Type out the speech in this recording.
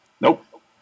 Nope